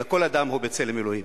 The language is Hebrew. אלא כל אדם הוא בצלם אלוהים.